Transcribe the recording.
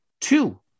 two